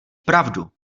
pravdu